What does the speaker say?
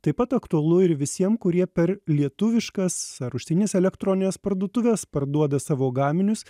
taip pat aktualu ir visiem kurie per lietuviškas ar užsienines elektronines parduotuves parduoda savo gaminius